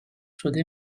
شده